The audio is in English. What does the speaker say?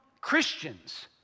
Christians